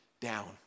down